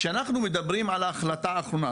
כשאנחנו מדברים על ההחלטה האחרונה,